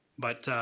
but,